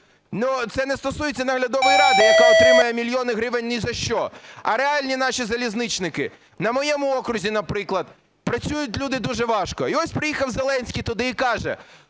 це не стосується наглядової ради, яка отримує мільйони гривень ні за що, а реальні наші залізничники. На моєму окрузі, наприклад, працюють люди дуже важко. І ось приїхав Зеленський туди і каже: